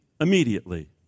immediately